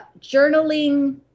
Journaling